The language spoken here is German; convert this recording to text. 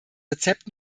rezept